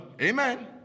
amen